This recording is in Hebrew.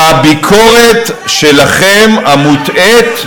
בביקורת שלכם, המוטעית,